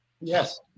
Yes